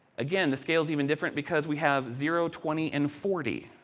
again, the scales even different because we have zero, twenty, and forty,